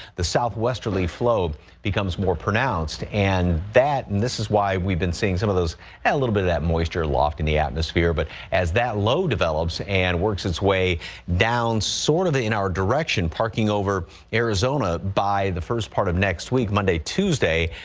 the southwesterly flow becomes more pronounced, and that and this is why we've been seeing some of those a little bit of moisture aloft in the atmosphere, but as that low develops and works its way down sort of in our direction, parking over arizona, by the first part of next week, monday, tuesday,